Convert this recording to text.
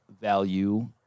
value